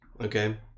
okay